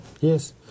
yes